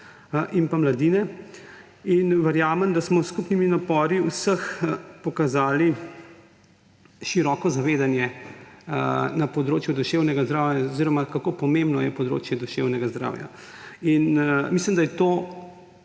in pa mladine. In verjamem, da smo s skupnimi napori vseh pokazali široko zavedanje na področju duševnega zdravja oziroma kako pomembno je področje duševnega zdravja. Mislim, da je to